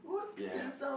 ya